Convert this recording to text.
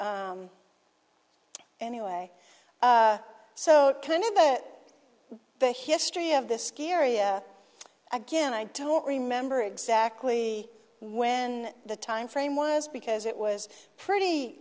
anyway so kind of that the history of this area again i don't remember exactly when the timeframe was because it was pretty